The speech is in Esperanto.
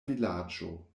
vilaĝo